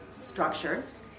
structures